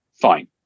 Fine